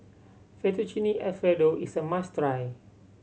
Fettuccine Alfredo is a must try